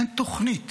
אין תוכנית